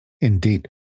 Indeed